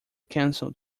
cancel